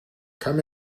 come